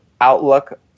outlook